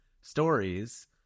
stories